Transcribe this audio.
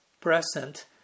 present